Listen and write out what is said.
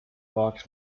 box